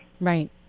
Right